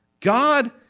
God